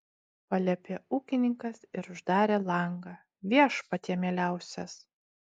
paliepė ūkininkas ir uždarė langą viešpatie mieliausias